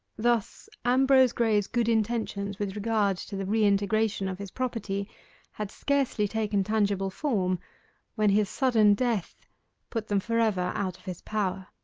thus ambrose graye's good intentions with regard to the reintegration of his property had scarcely taken tangible form when his sudden death put them for ever out of his power.